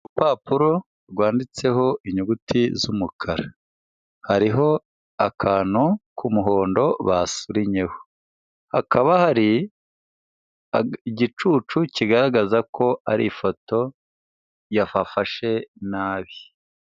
Urupapuro rwanditseho inyuguti z'umukara. Hariho akantu k'umuhondo basurinyeho. Hakaba hari igicucu kigaragaza ko ari ifoto yafafashe nabi.